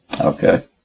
Okay